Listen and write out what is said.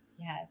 yes